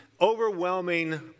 overwhelming